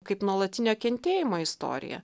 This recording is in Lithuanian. kaip nuolatinio kentėjimo istorija